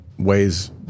ways